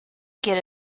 get